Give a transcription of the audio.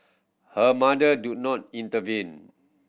her mother do not intervene